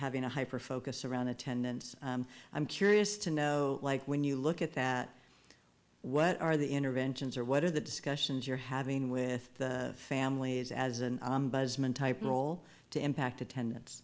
having a hyper focus around attendance i'm curious to know like when you look at that what are the interventions or what are the discussions you're having with families as an ombudsman type role to impact attendance